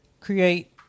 Create